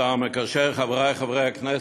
השר המקשר, חברי חברי הכנסת,